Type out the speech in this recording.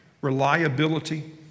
reliability